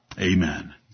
Amen